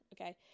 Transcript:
okay